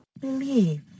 Believe